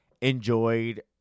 enjoyed